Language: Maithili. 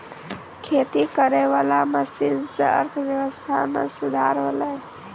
खेती करै वाला मशीन से अर्थव्यबस्था मे सुधार होलै